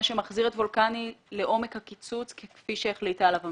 מה שמחזיר את מכון וולקני לעומק הקיצוץ כפי שהחליטה עליו הממשלה.